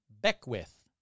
Beckwith